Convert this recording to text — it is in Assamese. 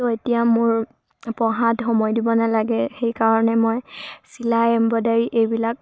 এতিয়া মোৰ পঢ়াত সময় দিব নালাগে সেইকাৰণে মই চিলাই এম্ব্ৰইডাৰী এইবিলাক